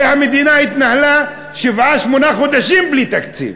הרי המדינה התנהלה שבעה-שמונה חודשים בלי תקציב,